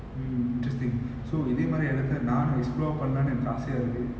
mm interesting so இதேமாரி எடத்த நானு:ithemaari edatha naanu explore பன்லானு எனக்கு ஆசயா இருக்கு:panlaanu enaku aasayaa iruku